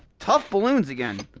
tough balloons again